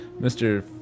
Mr